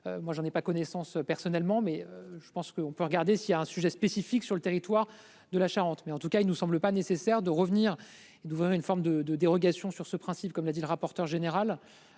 Moi je n'en ai pas connaissance personnellement mais je pense qu'on peut regarder s'il y a un sujet spécifique sur le territoire de la Charente, mais en tout cas, il nous semble pas nécessaire de revenir et d'ouvrir une forme de de dérogations sur ce principe, comme l'a dit le rapporteur général.